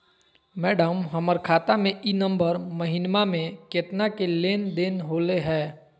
madam, हमर खाता में ई नवंबर महीनमा में केतना के लेन देन होले है